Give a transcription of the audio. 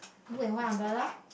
blue and white umbrella